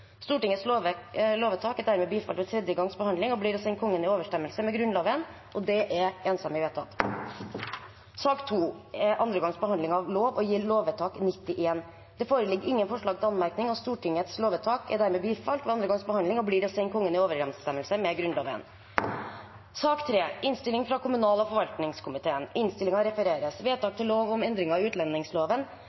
Stortingets lovvedtak er dermed bifalt ved tredje gangs behandling og blir å sende Kongen i overenstemmelse med Grunnloven. Sak nr. 2 er andre gangs behandling av lovforslag og gjelder lovvedtak 91. Det foreligger ingen forslag til anmerkning. Stortingets lovvedtak er dermed bifalt ved andre gangs behandling og blir å sende Kongen i overenstemmelse med Grunnloven. Komiteen hadde innstilt til Stortinget å gjøre følgende vedtak til